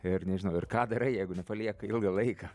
ir nežinau ir ką darai jeigu nepalieka ilgą laiką